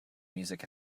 music